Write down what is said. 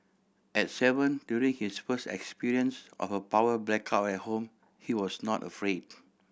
at seven during his first experience of a power blackout at home he was not afraid